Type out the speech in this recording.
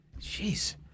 Jeez